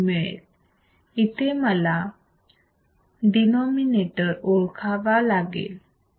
इथे मला इथे मला डीनोमीनेटर ओळखावा लागेल